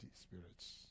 spirits